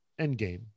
Endgame